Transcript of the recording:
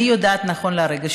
אני יודעת נכון להרגע,